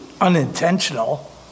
unintentional